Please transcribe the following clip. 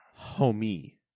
homie